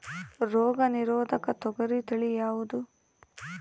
ರೋಗ ನಿರೋಧಕ ತೊಗರಿ ತಳಿ ಯಾವುದು?